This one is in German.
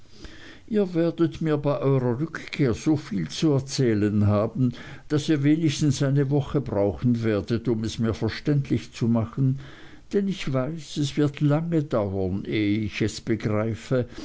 ihr werdet mir bei eurer rückkehr so viel zu erzählen haben daß ihr wenigstens eine woche brauchen werdet um es mir verständlich zu machen denn ich weiß es wird lange dauern ehe ich es begreife